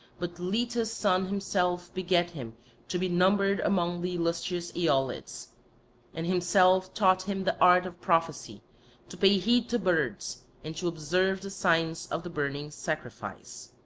but leto's son himself begat him to be numbered among the illustrious aeolids and himself taught him the art of prophecy to pay heed to birds and to observe the signs of the burning sacrifice.